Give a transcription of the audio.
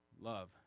Love